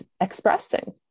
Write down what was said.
expressing